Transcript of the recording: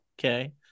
okay